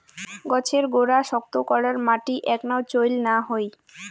গছের গোড়া শক্ত করার মাটি এ্যাকনাও চইল না হই